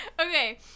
Okay